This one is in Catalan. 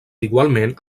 igualment